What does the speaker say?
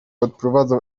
odprowadzał